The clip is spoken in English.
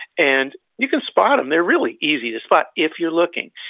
and you can spot them, they're really easy to spot if you're looking.